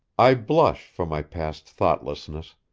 i blush for my past thoughtlessness,